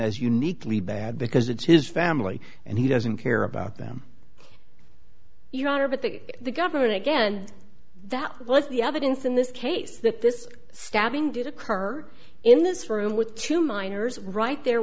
as uniquely bad because it's his family and he doesn't care about them your honor but the government again that lets the evidence in this case that this stabbing did occur in this room with two minors right there